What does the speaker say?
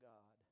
God